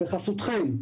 בחסותכם,